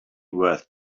worth